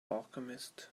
alchemist